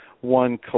one